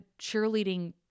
cheerleading